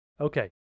Okay